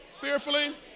Fearfully